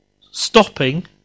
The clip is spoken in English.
stopping